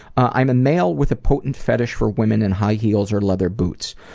i am a male with a potent fetish for women in high heels or leather boots.